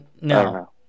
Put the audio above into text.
no